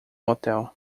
hotel